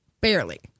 Barely